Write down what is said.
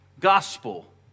Gospel